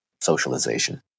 socialization